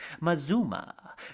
Mazuma